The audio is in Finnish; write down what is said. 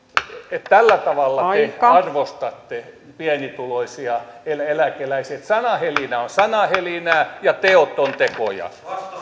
tällä tavalla te arvostatte pienituloisia eläkeläisiä sanahelinä on sanahelinää ja teot ovat tekoja